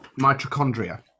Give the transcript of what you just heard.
mitochondria